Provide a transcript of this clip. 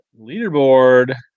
leaderboard